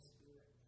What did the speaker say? Spirit